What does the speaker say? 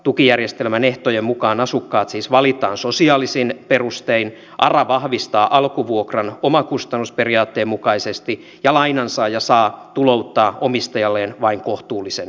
tukijärjestelmän ehtojen mukaan asukkaat siis valitaan sosiaalisin perustein ara vahvistaa alkuvuokran omakustannusperiaatteen mukaisesti ja lainansaaja saa tulouttaa omistajalleen vain kohtuullisen tuoton